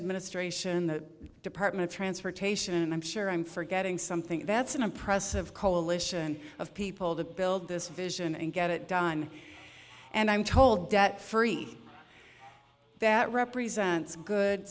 administration the department of transportation and i'm sure i'm forgetting something that's an impressive coalition of people to build this vision and get it done and i'm told debt free that represents good